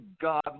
God